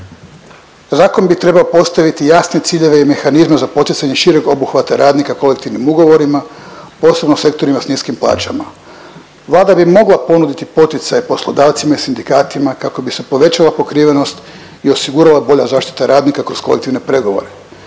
Zakon bi trebao postaviti jasne ciljeve i mehanizme za poticanje šireg obuhvata radnika kolektivnim ugovorima, posebno u sektorima s niskim plaćama. Vlada bi mogla ponuditi poticaj poslodavcima i sindikatima kako bi se povećala pokrivenost i osigurala bolja zaštita radnika kroz kolektivne pregovore.